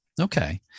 okay